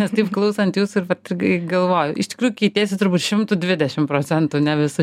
nes taip klausant jūsų ir vat ir galvoju iš tikrųjų keitiesi turbūt šimtu dvidešim procentų ne visu